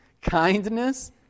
kindness